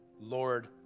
Lord